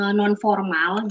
non-formal